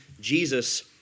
Jesus